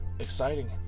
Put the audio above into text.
exciting